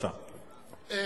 אדוני.